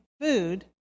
food